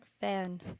fan